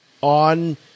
on